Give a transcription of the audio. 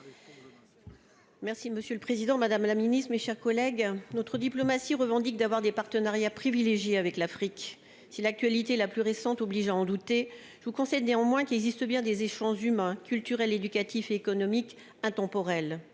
Merci monsieur le Président, Madame la Ministre, mes chers collègues, notre diplomatie revendique d'avoir des partenariats privilégiés avec l'Afrique, si l'actualité la plus récente oblige à en douter, je vous concède néanmoins qu'il existe bien des échanges humains, culturels, éducatifs économiques intemporel